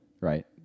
Right